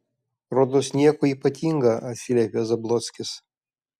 rodos nieko ypatinga atsiliepė zablockis